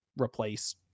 replace